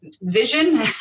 vision